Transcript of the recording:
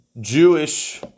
Jewish